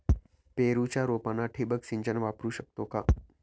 पेरूच्या रोपांना ठिबक सिंचन वापरू शकतो का?